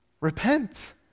Repent